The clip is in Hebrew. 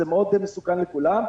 זה מסוכן מאוד לכולם.